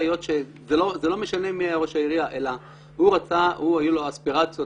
זה לא משנה מי היה ראש העירייה אלא לו היו אספירציות